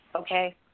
okay